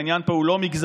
העניין פה הוא לא מגזרי,